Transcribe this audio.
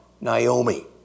Naomi